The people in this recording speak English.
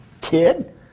kid